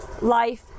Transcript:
life